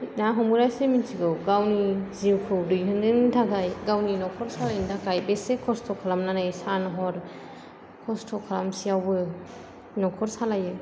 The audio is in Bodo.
ना हमग्रायासो मिथिगौ गावनि जिउखौ दैदेन्नायनि थाखाय गावनि नखर सालायनो थाखाय बेसे खस्थ' खालामनानै सान हर खस्थ' खालामसेयावबो नखर सालायो